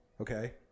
Okay